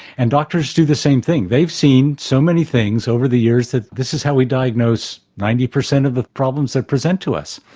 and doctors do the same thing. they've seen so many things over the years that this is how we diagnose ninety percent of the problems that present to us.